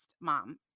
mom